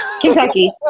Kentucky